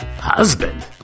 Husband